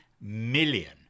million